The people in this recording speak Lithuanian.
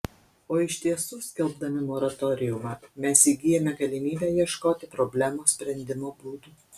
o iš tiesų skelbdami moratoriumą mes įgyjame galimybę ieškoti problemos sprendimo būdų